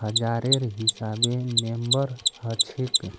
हजारेर हिसाबे मेम्बर हछेक